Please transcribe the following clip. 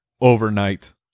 overnight